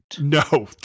No